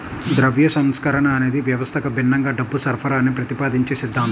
ద్రవ్య సంస్కరణ అనేది వ్యవస్థకు భిన్నంగా డబ్బు సరఫరాని ప్రతిపాదించే సిద్ధాంతం